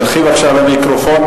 תלכי, בבקשה, למיקרופון.